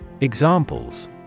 Examples